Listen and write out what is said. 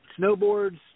Snowboards